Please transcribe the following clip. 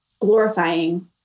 glorifying